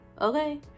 okay